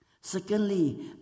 Secondly